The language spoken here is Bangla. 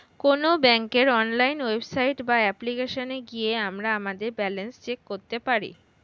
কোনো ব্যাঙ্কের অনলাইন ওয়েবসাইট বা অ্যাপ্লিকেশনে গিয়ে আমরা আমাদের ব্যালেন্স চেক করতে পারি